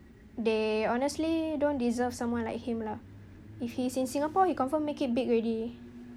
they honestly don't deserve someone like him lah if he's in singapore he confirm make it big already